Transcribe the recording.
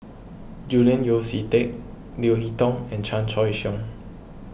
Julian Yeo See Teck Leo Hee Tong and Chan Choy Siong